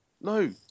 No